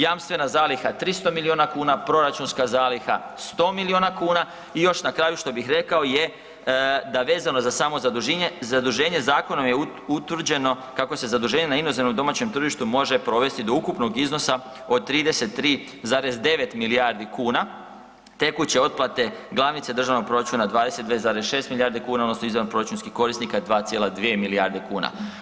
Jamstvena zaliha je 300 milijuna kuna, proračunska zaliha 100 milijuna kuna i još na kraju što bih rekao je da vezano za samo zaduženje zakonom je utvrđeno kako se zaduženje na inozemnom i domaćem tržištu može provesti do ukupnog iznosa od 33,9 milijarde kuna, tekuće otplate glavnice državnog proračuna 22,6 milijarde kuna odnosno izvan proračunskih korisnika 2,2 milijarde kuna.